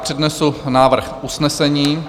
Přednesu návrh usnesení...